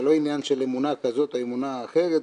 זה לא עניין של אמונה כזאת או אמונה אחרת,